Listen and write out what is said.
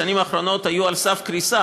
בשנים האחרונות זה היה על סף קריסה,